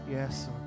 Yes